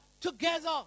together